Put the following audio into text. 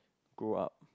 grow up